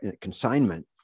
consignment